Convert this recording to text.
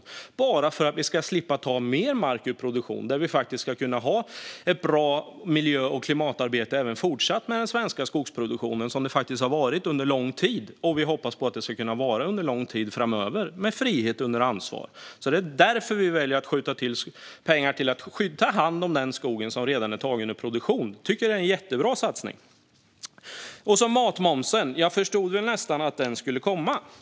Det är bara för att vi ska slippa ta mer mark ur produktion och kunna ha ett bra miljö och klimatarbete i den svenska skogsproduktionen, som det faktiskt har varit under lång tid och som vi hoppas att det ska kunna vara under lång tid framöver med frihet under ansvar. Det är därför vi väljer att skjuta till pengar till att ta hand om den skog som redan är tagen ur produktion. Jag tycker att det är en jättebra satsning. Jag förstod nästan att frågan om matmomsen skulle komma.